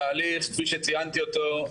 התהליך כפי שציינתי אותו,